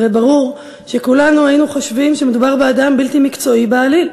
והרי ברור שכולנו היינו חושבים שמדובר באדם בלתי מקצועי בעליל,